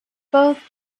both